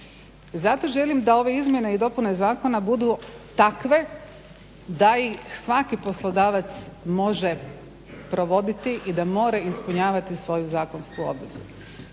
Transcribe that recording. Zato želim da ove izmjene i dopune zakona budu takve da ih svaki poslodavac može provoditi i da mora ispunjavati svoju zakonsku obvezu.